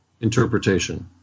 interpretation